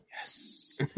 Yes